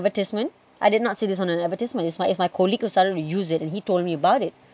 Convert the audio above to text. advertisement I did not see this on an advertisement is my if my colleague who started to use it and he told me about it